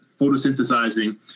photosynthesizing